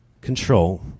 control